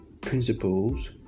principles